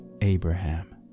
Abraham